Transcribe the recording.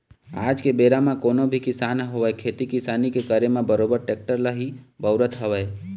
आज के बेरा म कोनो भी किसान होवय खेती किसानी के करे म बरोबर टेक्टर ल ही बउरत हवय